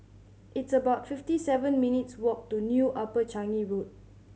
it's about fifty seven minutes' walk to New Upper Changi Road